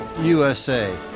USA